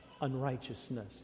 unrighteousness